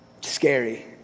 scary